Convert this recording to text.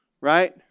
right